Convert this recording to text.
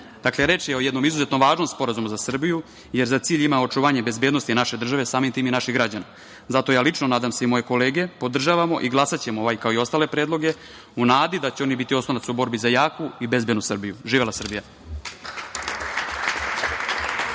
reč je o jednom izuzetno važnom sporazumu za Srbiju, jer za cilj ima očuvanje bezbednosti naše države, samim tim i naših građana. Zato ja lično, a nadam se i moje kolege, podržavamo i glasaćemo kao i za ostale predloge u nadi da će oni biti oslonac u borbi za jaku i bezbednu Srbiju. Živela Srbija!